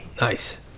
Nice